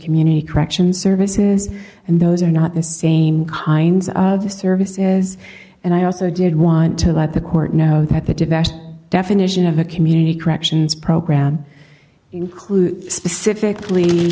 community corrections services and those are not the same kinds of services and i also did want to let the court know that the device definition of a community corrections program includes specifically